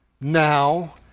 now